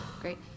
Great